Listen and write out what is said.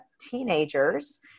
teenagers